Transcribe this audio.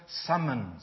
summons